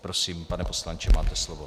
Prosím, pane poslanče, máte slovo.